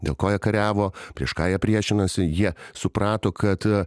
dėl ko kariavo prieš ką jie priešinasi jie suprato kad